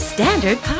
Standard